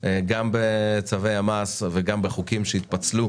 גם בצווי המס וגם בחוקים שהתפצלו